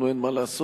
לנו אין מה לעשות,